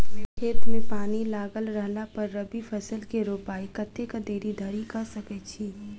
खेत मे पानि लागल रहला पर रबी फसल केँ रोपाइ कतेक देरी धरि कऽ सकै छी?